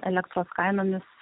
elektros kainomis